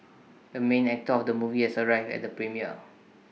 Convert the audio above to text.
the main actor of the movie has arrived at the premiere